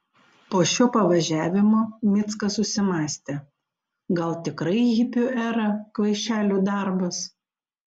po šio pavažiavimo mickas susimąstė gal tikrai hipių era kvaišelių darbas